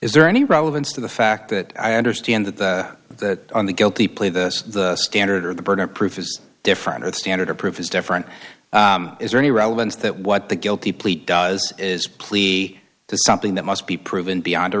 is there any relevance to the fact that i understand that that on the guilty plea that the standard or the burden of proof is different or the standard of proof is different is there any relevance that what the guilty plea does is plea to something that must be proven beyond a